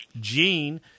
Gene